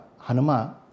Hanuma